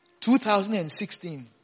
2016